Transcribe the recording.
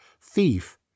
thief